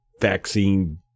vaccine